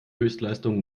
höchstleistung